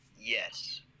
yes